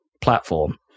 platform